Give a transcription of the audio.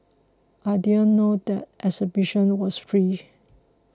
I didn't know that exhibition was free